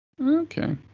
okay